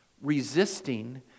resisting